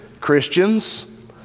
Christians